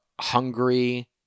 hungry